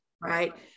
Right